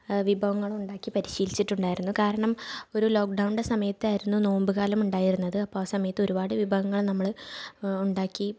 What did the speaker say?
വിഭവങ്ങളുമുക്കി പരിശീലിച്ചിട്ടുണ്ടായിരുന്നു കാരണം ഒരു ലോക്ക്ഡൗണിൻ്റെ സമയത്തായിരുന്നു നോമ്പ് കാലമുണ്ടായിരുന്നത് അപ്പം ആ സമയത്ത് ഒരുപാട് വിഭവങ്ങൾ നമ്മൾ ഉണ്ടാക്കി